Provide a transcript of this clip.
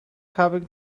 happened